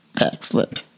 Excellent